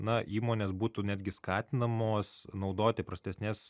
na įmonės būtų netgi skatinamos naudoti prastesnės